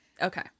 Okay